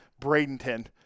Bradenton